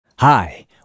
Hi